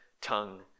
tongue